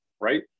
right